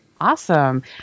Awesome